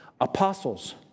apostles